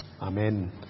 Amen